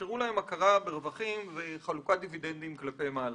- שאיפשרו להם הכרה ברווחים וחלוקת דיבידנדים כלפי מעלה.